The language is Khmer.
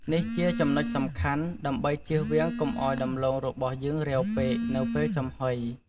នេះជាចំណុចសំខាន់ ដើម្បីជៀសវាងកុំឱ្យដំឡូងរបស់យើងរាវពេក នៅពេលចំហុយ។